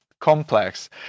complex